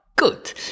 Good